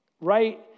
right